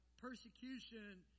persecution